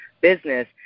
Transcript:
business